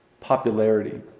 popularity